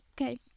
okay